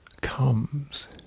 comes